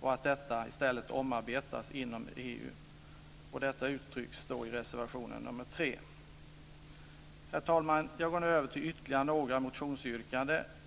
och att detta i stället omarbetas inom EU. Detta krav framförs i reservation nr 3. Herr talman! Jag går nu över till ytterligare några motionsyrkanden.